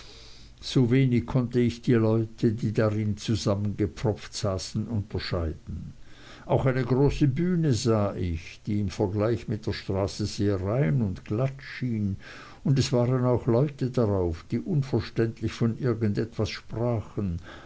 so wenig konnte ich die leute die darin zusammengepfropft saßen unterscheiden auch eine große bühne sah ich die im vergleich mit der straße sehr rein und glatt schien und es waren auch leute darauf die unverständlich von irgend etwas sprachen